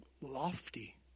lofty